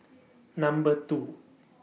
Number two